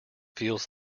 feels